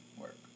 work